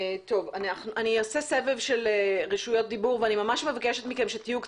אני אעשה סבב של רשויות דיבור ואני ממש מבקשת מכם שתהיו קצרים,